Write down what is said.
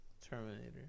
Terminator